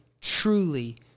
truly